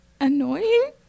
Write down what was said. annoying